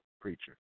preacher